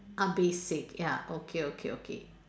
uh basic ya okay okay okay